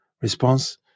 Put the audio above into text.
Response